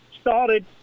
started